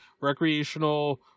recreational